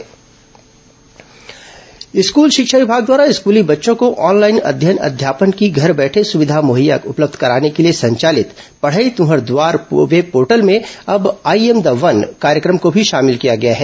corona online शिक्षा school शिक्षा विभाग द्वारा स्कूली बच्चों को ऑनलाइन अध्ययन अध्यापन की घर बैठे सुविधा मुहैया उपलब्ध कराने के लिए संचालित पढ़ई तृंहर दुआर वेबपोर्टल में अब आई एम द वन कार्यक्रम को भी शामिल किया गया है